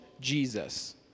Jesus